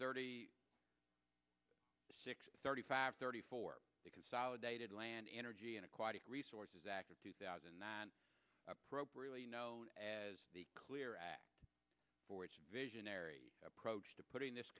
thirty six thirty five thirty four the consolidated land energy and aquatic resources act of two thousand and nine appropriately known as the clear act for its visionary approach to putting this